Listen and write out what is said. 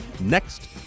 next